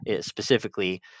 specifically